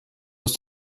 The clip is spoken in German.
ist